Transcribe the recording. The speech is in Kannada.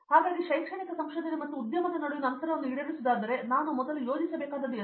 ಹಾಗಾಗಿ ಶೈಕ್ಷಣಿಕ ಸಂಶೋಧನೆ ಮತ್ತು ಉದ್ಯಮದ ನಡುವಿನ ಅಂತರವನ್ನು ಈಡೇರಿಸುವುದಾದರೆ ನಾನು ಮಾಡಲು ಯೋಜಿಸಬೇಕಾದದ್ದು ಏನು